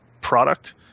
product